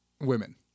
women